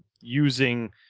using